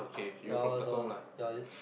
ya I was on yeah I was in